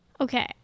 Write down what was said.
Okay